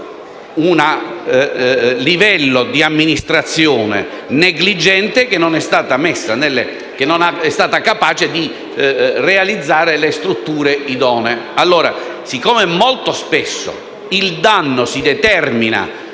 su una amministrazione negligente che non è stata capace di realizzare le strutture idonee.